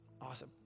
Awesome